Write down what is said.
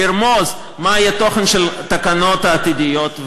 לרמוז מה יהיה התוכן של התקנות העתידיות.